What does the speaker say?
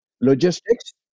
Logistics